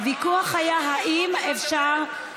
הוויכוח היה אם אפשר,